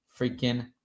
freaking